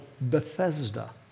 Bethesda